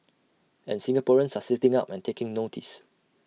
and Singaporeans are sitting up and taking notice